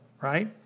right